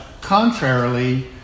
contrarily